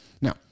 Now